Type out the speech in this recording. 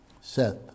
Seth